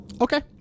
Okay